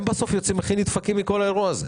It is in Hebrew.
בסוף, הם יוצאים הכי נדפקים מכל האירוע הזה.